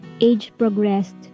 age-progressed